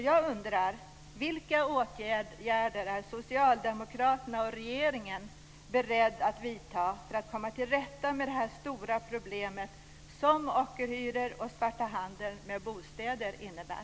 Jag undrar: Vilka åtgärder är Socialdemokraterna och regeringen beredda att vidta för att komma till rätta med detta stora problem som ockerhyror och svarthandel med bostäder innebär?